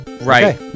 Right